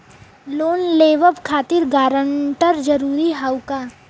Loan लेवब खातिर guarantor जरूरी हाउ का?